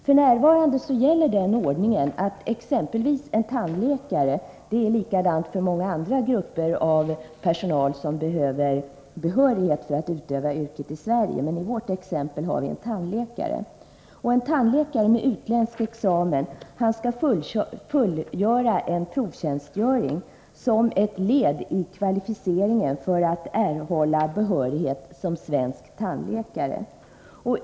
F.n. gäller den ordningen att exempelvis en tandläkare — det är likadant för många andra grupper av personal som behöver behörighet för att utöva yrket i Sverige, men i vårt exempel har vi tagit en tandläkare — med utländsk examen skall fullgöra en provtjänstgöring som ett led i kvalificeringen för att erhålla behörighet som svensk tandläkare.